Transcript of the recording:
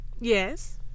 Yes